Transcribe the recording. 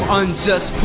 unjust